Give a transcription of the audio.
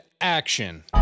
action